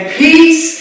peace